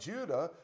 Judah